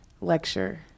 lecture